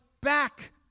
back